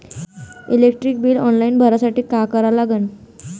Electric bill online भरासाठी का करा लागन?